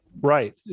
Right